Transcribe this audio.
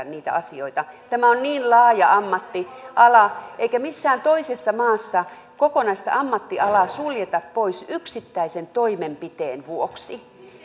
niitä asioita tämä on niin laaja ammattiala eikä missään toisessa maassa kokonaista ammattialaa suljeta pois yksittäisen toimenpiteen vuoksi